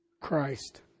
Christ